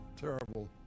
terrible